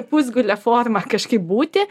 pusgule forma kažkaip būti